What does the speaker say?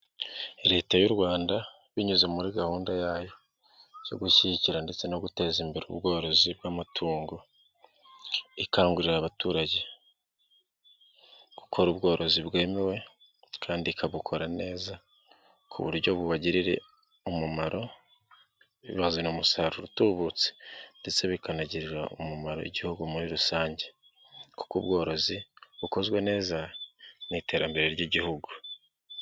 Leta y'u Rwanda binyuze muri gahunda yayo yo gushyigikira ndetse no guteza imbere ubworozi bw'amatungo, ikangurira abaturage gukora ubworozi bwemewe kandi bakabukora neza ku buryo bubagirira umumaro buzana umusaruro utubutse ndetse bikanagirira umumaro igihugu muri rusange kuko ubworozi bukozwe neza mu iterambere ry'igihugu.